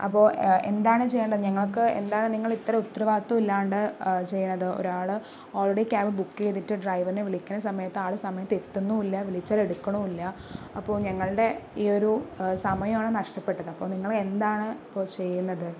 അപ്പോൾ എന്താണ് ചെയ്യേണ്ടത് ഞങ്ങൾക്ക് എന്താണ് നിങ്ങൾ ഇത്ര ഉത്തരവാദിത്വമില്ലാണ്ട് ചെയ്യണത് ഒരാള് ആൾറെഡി ക്യാബ് ബുക്ക് ചെയ്തിട്ട് ഡ്രൈവറെ വിളിക്കണ സമയത്ത് ആള് സമയത്തു എത്തുന്നുമില്ല വിളിച്ചാൽ എടുക്കണുമില്ല അപ്പോൾ ഞങ്ങളുടെ ഈ ഒരു സമയമാണ് നഷ്ടപ്പെട്ടത് അപ്പോൾ നിങ്ങളെന്താണ് ഇപ്പോൾ ചെയ്യുന്നത്